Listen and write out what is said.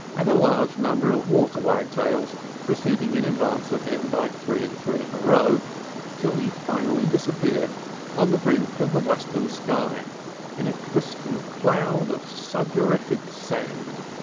and a large number of waterwagtails proceeding in advance of him by three and three in a row till he finally disappeared on the brink of the western sky in a crystal cloud of sudorific sand.